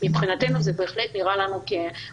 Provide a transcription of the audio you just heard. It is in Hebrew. מבחינתנו זה בהחלט נראה מידתי.